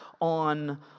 on